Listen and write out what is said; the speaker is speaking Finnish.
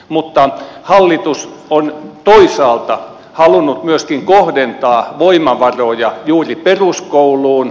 mutta hallitus on toisaalta halunnut myöskin kohdentaa voimavaroja juuri peruskouluun